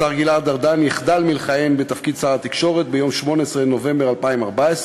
השר גלעד ארדן יחדל מלכהן בתפקיד שר התקשורת ביום 18 בנובמבר 2014,